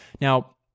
Now